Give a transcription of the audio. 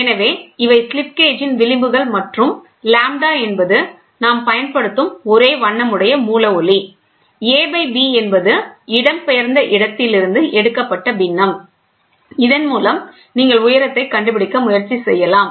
எனவே இவை ஸ்லிப் கேஜின் விளிம்புகள் மற்றும் லாம்ப்டா என்பது நாம் பயன்படுத்தும் ஒரே வண்ணமுடைய மூல ஒளி a by b என்பது இடம்பெயர்ந்த இடத்தில் இருந்து எடுக்கப்பட்ட பின்னம் இதன் மூலம் நீங்கள் உயரத்தை கண்டுபிடிக்க முயற்சி செய்யலாம்